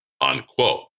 Unquote